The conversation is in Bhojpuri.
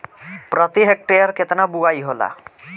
प्रति हेक्टेयर केतना बुआई होला?